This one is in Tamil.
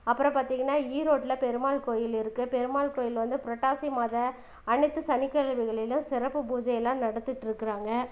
அப்புறம் பார்த்திங்கனா ஈரோட்டில் பெருமாள் கோயில் இருக்கு பெருமாள் கோயில் வந்து புரட்டாசி மாத அனைத்து சனிக்கிழமைகளிலும் சிறப்பு பூஜையெல்லாம் நடத்திட்டுருக்குறாங்க